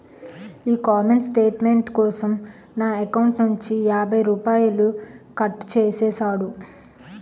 ఈ comment statement కోసం నా ఎకౌంటు నుంచి యాభై రూపాయలు కట్టు చేసేసాడు